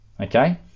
Okay